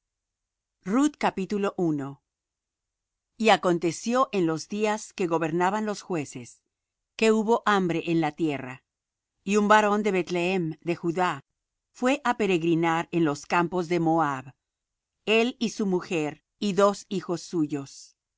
y acontecio en los días que gobernaban los jueces que hubo hambre en la tierra y un varón de beth-lehem de judá fué á peregrinar en los campos de moab él y su mujer y dos hijos suyos